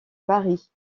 paris